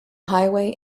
highway